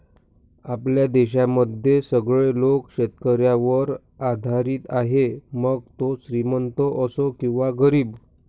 आपल्या देशामध्ये सगळे लोक शेतकऱ्यावर आधारित आहे, मग तो श्रीमंत असो किंवा गरीब